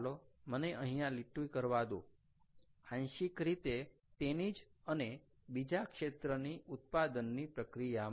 ચાલો મને અહીંયા લીટી કરવા દો આંશિક રીતે તેની જ અને બીજા ક્ષેત્રની ઉત્પાદનની પ્રક્રિયામાં